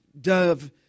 dove